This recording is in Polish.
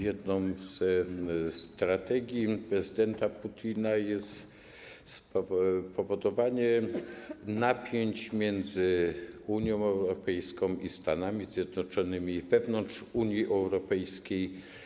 Jedną ze strategii prezydenta Putina jest powodowanie napięć między Unią Europejską i Stanami Zjednoczonymi, wewnątrz Unii Europejskiej.